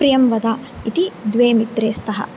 प्रियंवदा इति द्वे मित्रे स्तः